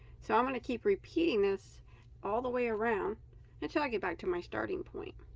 so i'm gonna keep repeating this all the way around until i get back to my starting point